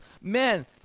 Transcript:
man